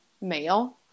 male